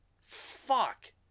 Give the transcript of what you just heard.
fuck